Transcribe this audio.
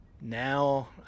now